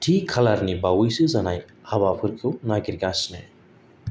थि खालारनि बावैसो जानाय हाबाफोरखौ नागिरगासिनो